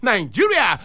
Nigeria